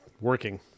working